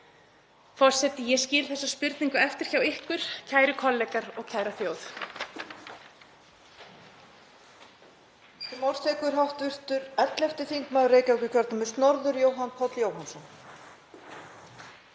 Forseti. Ég skil þessa spurningu eftir hjá ykkur, kæru kollegar og kæra þjóð.